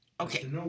Okay